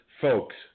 folks